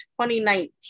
2019